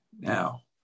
Now